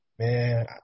man